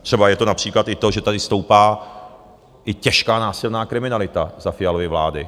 Třeba je to například i to, že tady stoupá i těžká násilná kriminalita za Fialovy vlády.